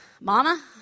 Mama